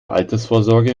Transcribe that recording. altersvorsorge